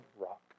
rock